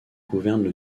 gouvernent